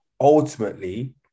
Ultimately